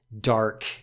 dark